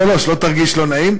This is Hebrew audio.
לא לא, שלא תרגיש לא נעים.